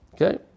Okay